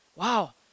Wow